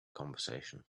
conversation